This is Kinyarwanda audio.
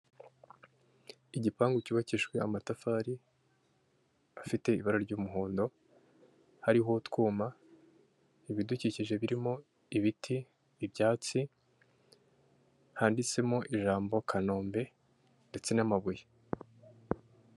Igipangu cyubakishijwe amatafari afite ibara ry'umuhondo hariho utwuma, ibidukikije birimo ibiti, ibyatsi handitsemo ijambo Kanombe ndetse n'amabuye.